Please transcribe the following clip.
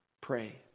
Pray